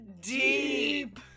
deep